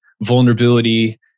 vulnerability